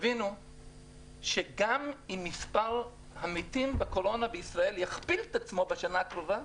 תבינו שגם אם מספר המתים מהקורונה בישראל יכפיל את עצמו בשנה הקרובה,